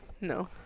No